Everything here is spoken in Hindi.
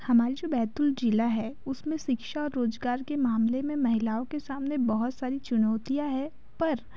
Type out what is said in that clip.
हमारी जो बैतूल जिला हैं उसमें शिक्षा रोजगार के मामले में महिलाओं के सामने बहुत सारी चुनौतियाँ हैं पर